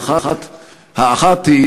האחת היא